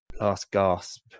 last-gasp